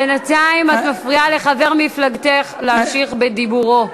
בינתיים את מפריעה לחבר מפלגתך להמשיך בדיבורו.